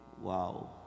wow